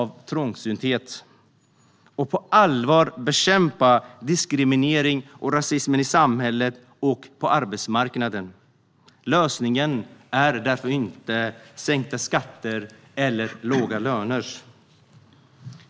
Vi måste på allvar bekämpa diskrimineringen och rasismen i samhället och på arbetsmarknaden. Lösningen är därför inte sänkta skatter eller låga löner.